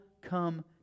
come